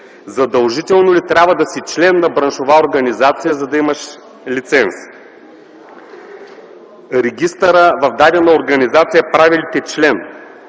задължително ли трябва да си член на браншова организация, за да имаш лиценз; регистърът в дадена организация прави ли те член;